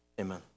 amen